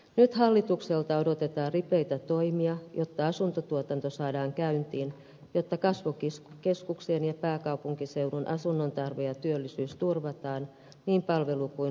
nyt hallitukselta odotetaan ripeitä toimia jotta asuntotuotanto saadaan käyntiin jotta kasvukeskuksien ja pääkaupunkiseudun asunnontarve ja työllisyys turvataan niin palvelu kuin rakennusteollisuuden aloilla